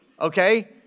Okay